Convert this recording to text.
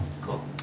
Cool